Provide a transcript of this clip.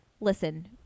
listen